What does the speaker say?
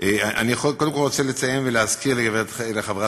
ואין להם שום חופש